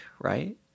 right